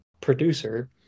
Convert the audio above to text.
producer